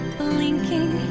blinking